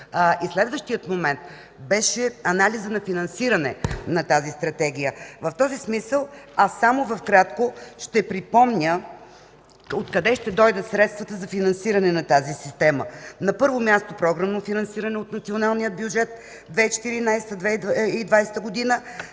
Следващият момент беше анализът на финансиране на Стратегията. В този смисъл аз само накратко ще припомня откъде ще дойдат средствата за финансиране на системата. На първо място, програмно финансиране от националния бюджет